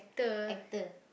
actor